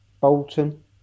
Bolton